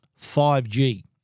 5G